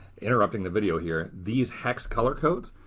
interrupting the video here. these hex color codes.